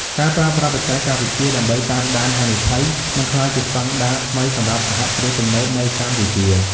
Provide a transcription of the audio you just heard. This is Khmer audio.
ការប្រើប្រាស់បច្ចេកវិទ្យាដើម្បីតាមដានហានិភ័យ នឹងក្លាយជាស្ដង់ដារថ្មីសម្រាប់សហគ្រាសទំនើបនៅកម្ពុជា។